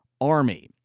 Army